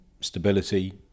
stability